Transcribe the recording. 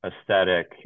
aesthetic